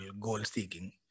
goal-seeking